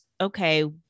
okay